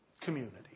Community